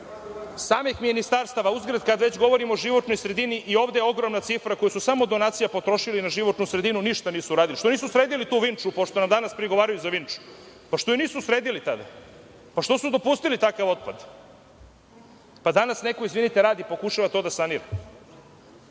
samih ministarstava, uzgred, kad već govorim o životnoj sredini, i ovde je ogromna cifra koju su samo od donacija potrošili na životnu sredinu, a ništa nisu uradili. Što nisu sredili tu Vinču, pošto nam danas prigovaraju za Vinču? Zašto su dopustili takav otpad? Danas neko to radi i pokušava da sanira.